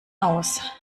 aus